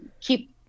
keep